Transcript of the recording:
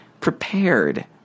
prepared